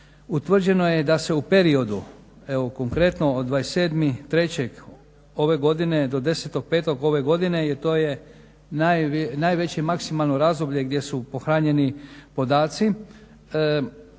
utvrđeno je da se u periodu, evo konkretno od 27.3. ove godine do 10.5. ove godine jer to je najveće maksimalno razdoblje gdje su pohranjeni podaci.